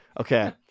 Okay